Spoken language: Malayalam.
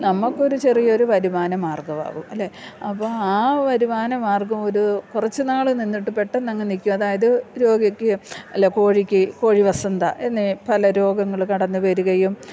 നമ്മൾക്ക് ഒരു ചെറിയ ഒരു വരുമാന മാർഗ്ഗമാവും അല്ലേ അപ്പം ആ വരുമാന മാർഗ്ഗം ഒരു കുറച്ചു നാൾ നിന്നിട്ട് പെട്ടെന്നങ്ങ് നിൽക്കും അതായത് രോഗിക്ക് അല്ല കോഴിക്ക് കോഴിവസന്ത എന്ന പല രോഗങ്ങൾ കടന്നു വരികയും